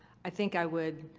i think i would.